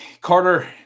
Carter